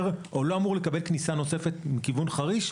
או לא אמור לקבל כניסה נוספת מכיוון חריש.